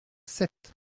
sept